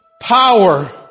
power